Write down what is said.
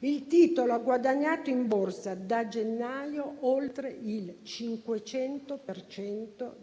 il titolo ha guadagnato in borsa da gennaio oltre il 500 per cento